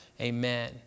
Amen